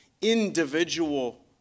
individual